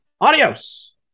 adios